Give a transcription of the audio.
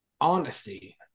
honesty